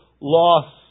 loss